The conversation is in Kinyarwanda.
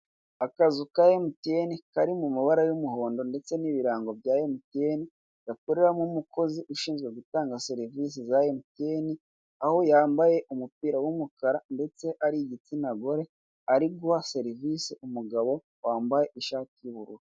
Akazu ka emutiyeni, kari mu mabara y'umuhondo ndetse n'ibirango bya emutiyeni, gakoreramo umukozi ushinzwe gutanga serivisi za emutiyeni, aho yambaye umupira w'umukara ndetse ari igitsina gore, ari guha serivise umugabo wambaye ishati y'ubururu.